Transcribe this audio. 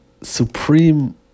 supreme